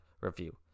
review